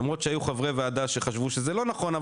למרות שהיו חברי ועדה שחשבו שזה לא נכון,